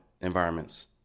environments